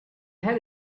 had